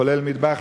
כולל מטבח,